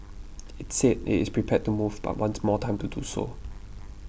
it said it is prepared to move but wants more time to do so